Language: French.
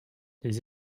les